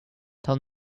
tell